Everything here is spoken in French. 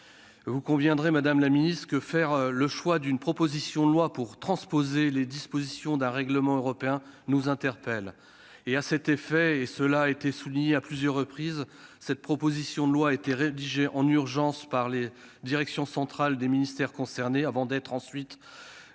vous conviendrez que le choix d'une proposition de loi pour transposer les dispositions d'un règlement européen peut nous interpeller ! Cela a été souligné à plusieurs reprises : cette proposition de loi a été rédigée en urgence par les directions centrales des ministères concernés, avant d'être déposée